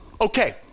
Okay